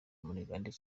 murigande